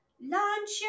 Launch